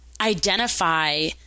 identify